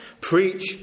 Preach